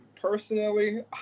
personally